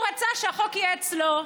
הוא רצה שהחוק יהיה אצלו,